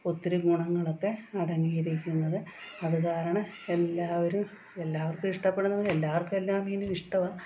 ഒത്തിരി ഗുണങ്ങളൊക്കെ അടങ്ങിയിരിക്കുന്നത് അതു കാരണം എല്ലാവരും എല്ലാവർക്കും ഇഷ്ടപ്പെടുന്ന എല്ലാവർക്കുവെല്ലാ മീനും ഇഷ്ടമാണ്